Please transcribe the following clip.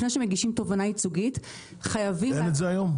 לפני שמגישים תובענה ייצוגית --- אין את זה היום?